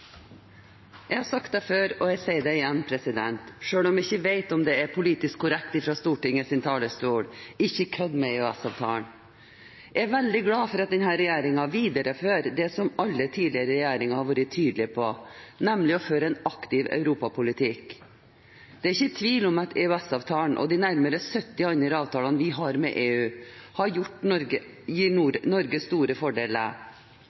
Jeg har sagt det før, og jeg sier det igjen – selv om jeg ikke vet om det er politisk korrekt fra Stortingets talerstol: Ikke kødd med EØS-avtalen. Jeg er veldig glad for at denne regjeringen viderefører det som alle tidligere regjeringer har vært tydelige på, nemlig å føre en aktiv europapolitikk. Det er ikke tvil om at EØS-avtalen og de nærmere 70 andre avtalene vi har med EU, gir Norge store fordeler.